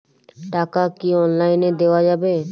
টাকা কি অনলাইনে দেওয়া যাবে?